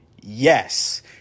Yes